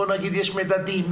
בוא נגיד יש מדדים,